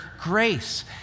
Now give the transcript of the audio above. grace